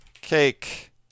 Cake